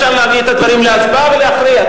אפשר להביא את הדברים להצבעה ולהכריע.